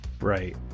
Right